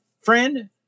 friend